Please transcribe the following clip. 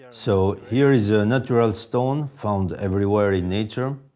so, here is a natural stone found everywhere in nature,